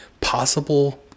possible